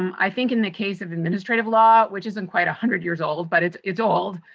i think in the case of administrative law, which isn't quite a hundred years old but it's it's old,